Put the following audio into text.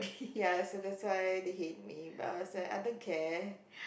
ya so that's why they hate me but I was like I don't care